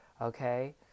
Okay